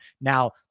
Now